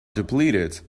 depleted